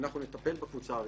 ואנחנו נטפל בקבוצה הראשונה.